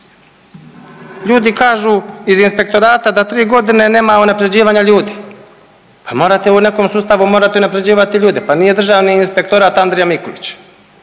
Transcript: Ljudi kažu iz inspektorata da 3 godina nema unapređivanja ljudi, pa morate u nekom sustavu morate unaprjeđivati ljude, pa nije Državni inspektorat Andrija Mikulić